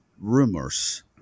rumors